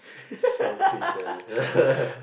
selfish ah